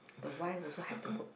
the wife also have to work